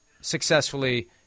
successfully